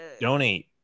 donate